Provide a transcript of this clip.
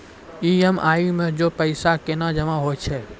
EMI मे जे पैसा केना जमा होय छै?